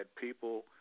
people